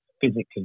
physically